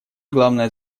главная